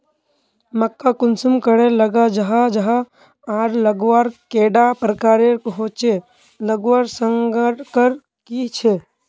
मक्का कुंसम करे लगा जाहा जाहा आर लगवार कैडा प्रकारेर होचे लगवार संगकर की झे?